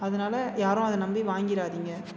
அதனால் யாரும் அதை நம்பி வாங்கிறாதீங்க